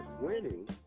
winning